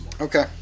Okay